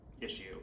issue